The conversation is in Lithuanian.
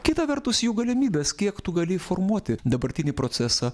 kita vertus jų galimybės kiek tu gali formuoti dabartinį procesą